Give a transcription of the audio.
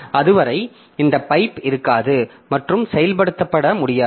அது வரை இந்த பைப் இருக்காது மற்றும் செயல்படுத்தப்பட முடியாது